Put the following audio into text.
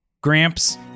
Gramps